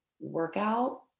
workout